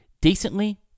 Decently